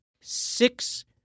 six